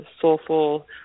soulful